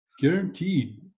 guaranteed